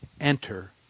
enter